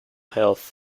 health